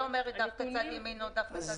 אני לא אומרת אם דווקא צד ימין או צד שמאל.